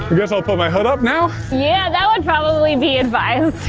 guess i'll put my hood up now? yeah that would probably be advised.